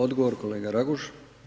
Odgovor kolega Raguž.